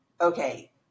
okay